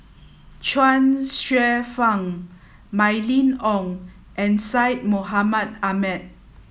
Chuang Hsueh Fang Mylene Ong and Syed Mohamed Ahmed